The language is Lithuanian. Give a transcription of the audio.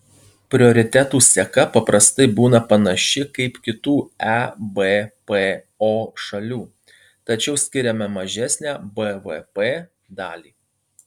prioritetų seka paprastai būna panaši kaip kitų ebpo šalių tačiau skiriame mažesnę bvp dalį